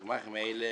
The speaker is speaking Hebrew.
הגמ"חים האלה